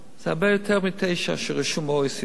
זה הרבה יותר מתשעה שרשומים ב-OECD.